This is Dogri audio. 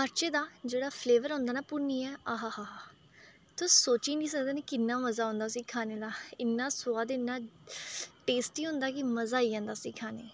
मिर्च दा जेह्ड़ा फ्लेवर औंदा ना भुन्नियै अह हा हा तुस सोची निं सकदे मी कि'न्ना मज़ा औंदा उसी खाने दा इ'न्ना सोआद इ'न्ना टेस्टी होंदा कि मज़ा आई जन्दा उसी खाने दा